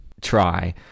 try